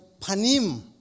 panim